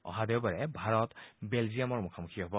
অহা দেওবাৰে ভাৰতে বেলজিয়ামৰ মুখামুখি হ'ব